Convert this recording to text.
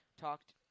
talked